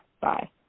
Bye